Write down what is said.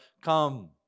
come